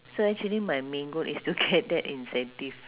so actually my main goal is to get that incentive